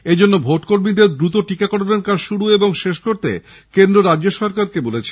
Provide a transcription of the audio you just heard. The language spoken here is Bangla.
এজন্য ভোটকর্মীদের দ্রুত টীকাকরণের কাজ শুরু এবং শেষ করতে কেন্দ্র রাজ্য সরকারকে বলেছে